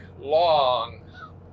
long